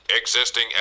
existing